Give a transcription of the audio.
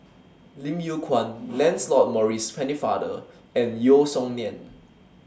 Lim Yew Kuan Lancelot Maurice Pennefather and Yeo Song Nian